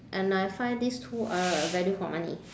and I find these two are value for money